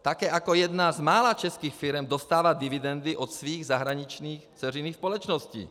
Také jako jedna z mála českých firem dostává dividendy od svých zahraničních dceřiných společností.